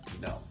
no